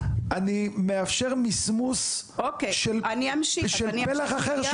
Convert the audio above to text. אני מאפשר מסמוס של פלח אחר,